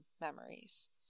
memories